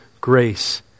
grace